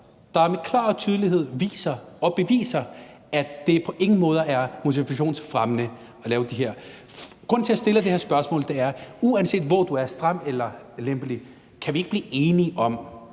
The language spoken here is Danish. som klart og tydeligt beviser, at det på ingen måde er motivationsfremmende at lave det sådan der. Grunden til, at jeg stiller det her spørgsmål, er, at uanset hvor man er – stram eller en lempelig – kan vi så ikke blive enige om,